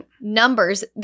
numbers